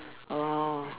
orh